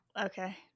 okay